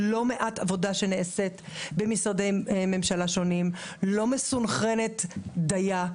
יש לא מעט עבודה שנעשית במשרדי ממשלה שונים לא מסונכרנת דיה,